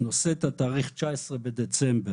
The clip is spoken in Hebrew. נושאת את התאריך 19 בדצמבר,